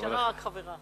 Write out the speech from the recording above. נשארה רק חברה אחת.